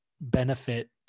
benefit